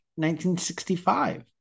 1965